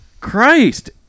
Christ